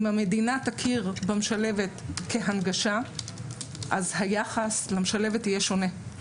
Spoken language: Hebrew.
אם המדינה תכיר במשלבת כהנגשה היחס למשלבת יהיה שונה.